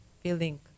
feeling